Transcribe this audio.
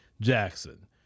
Jackson